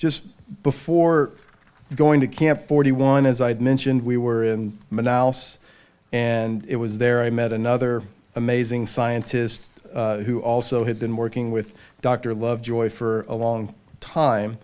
just before going to camp forty one as i mentioned we were in manassas and it was there i met another amazing scientist who also had been working with dr lovejoy for a long time